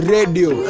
Radio